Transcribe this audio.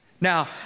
Now